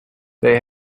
they